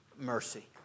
mercy